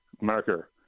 marker